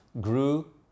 grew